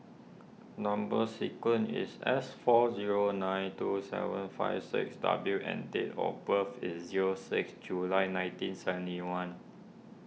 Number Sequence is S four zero nine two seven five six W and date of birth is zero six July nineteen seventy one